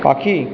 পাখি